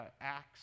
acts